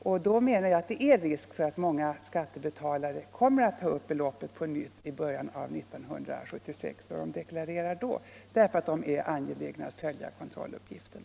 Jag anser att det finns risk för att många skattebetalare kommer att ta upp beloppen på nytt i början av 1976 när de då deklarerar, eftersom de är angelägna om att följa kontrolluppgiften.